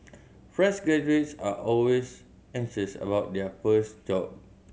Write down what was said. fresh graduates are always anxious about their first job